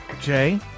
Jay